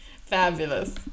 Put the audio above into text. fabulous